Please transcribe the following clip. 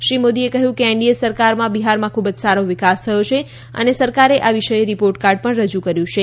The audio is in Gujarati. શ્રી મોદીએ કહ્યું કે એન ડી એ સરકારમાં બિહારમાં ખુબ જ સારો વિકાસ થયો છે અને સરકારે આ વિષયે રિપોર્ટ કાર્ડ પણ રજુ કર્યું છે